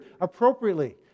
appropriately